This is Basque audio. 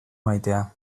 maitea